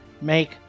make